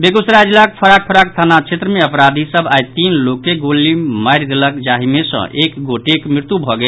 बेगूसराय जिलाक फराक फराक थाना क्षेत्र मे अपराधी सभ आई तीन लोक के गोली मारि देलक जाहि मे सँ एक गोटेक मृत्यु भऽ गेल